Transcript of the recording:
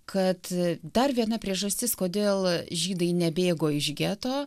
kad dar viena priežastis kodėl žydai nebėgo iš geto